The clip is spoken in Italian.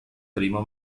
primo